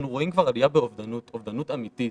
אנחנו רואים כבר עלייה באובדנות, אובדנות אמיתית,